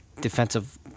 defensive